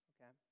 Okay